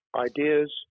Ideas